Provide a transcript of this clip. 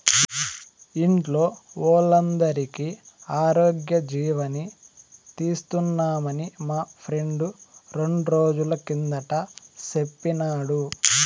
ఇంట్లో వోల్లందరికీ ఆరోగ్యజీవని తీస్తున్నామని మా ఫ్రెండు రెండ్రోజుల కిందట సెప్పినాడు